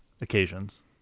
occasions